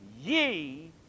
ye